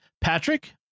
Patrick